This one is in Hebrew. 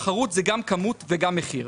תחרות היא גם כמות וגם מחיר.